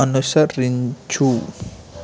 అనుసరించు